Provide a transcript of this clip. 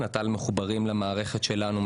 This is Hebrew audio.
נט"ל מחוברים למערכת שלנו,